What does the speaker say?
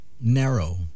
narrow